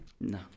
No